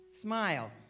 Smile